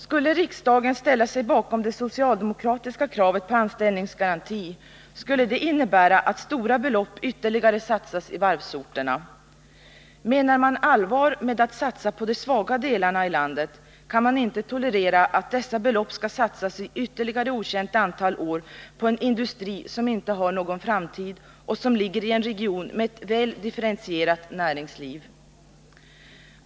Skulle riksdagen ställa sig bakom det socialdemokratiska kravet på anställningsgaranti skulle det innebära att stora belopp ytterligare satsas i varvsorterna. Menar man allvar med att satsa på de svaga delarna i landet, kan man inte tolerera att dessa belopp skall satsas i ytterligare ett okänt antal år på en industri som inte har någon framtid och som ligger i en region med ett väl differentierat näringsliv.